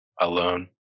alone